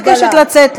אני מבקשת לצאת.